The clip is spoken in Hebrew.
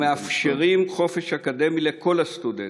ומאפשרים חופש אקדמי לכל הסטודנטים,